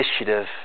initiative